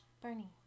Bernie